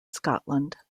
scotland